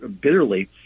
bitterly